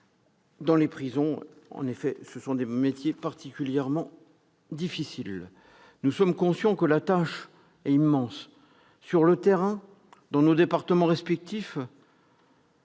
dans les prisons et exerce des métiers particulièrement difficiles. Nous sommes conscients que la tâche est immense. Sur le terrain, dans nos départements respectifs-